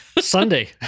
Sunday